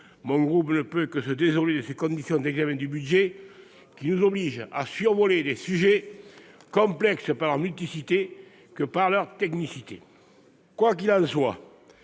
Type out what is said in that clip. mon groupe ne peut que se désoler de ces conditions d'examen du projet de budget, qui nous obligent à survoler des sujets complexes tant par leur multiplicité que par leur technicité. Quoi qu'il en soit,